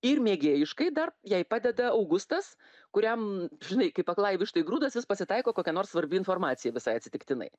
ir mėgėjiškai dar jai padeda augustas kuriam žinai kaip aklai vištai grūdas vis pasitaiko kokia nors svarbi informacija visai atsitiktinai